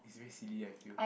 it's very silly I feel